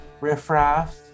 riffraff